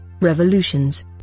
revolutions